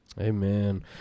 Amen